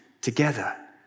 together